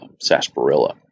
sarsaparilla